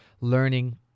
learning